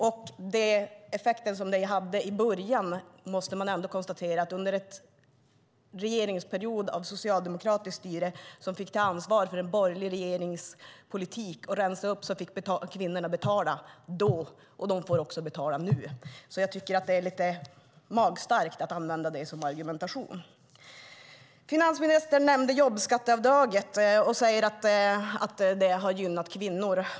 Den effekt som det hade i början, måste man ändå konstatera, under en regering med socialdemokratiskt styre som fick ta ansvar för en borgerlig regerings politik och rensa upp, var att kvinnorna fick betala. De får också betala nu. Jag tycker att det är lite magstarkt att använda det som argumentation. Finansministern nämner jobbskatteavdraget och säger att det har gynnat kvinnor.